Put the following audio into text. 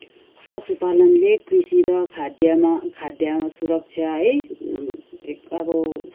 पशुपालनले कृषि र खाद्यमा खाद्य सुरक्षा है एक अब